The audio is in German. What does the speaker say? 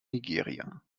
nigeria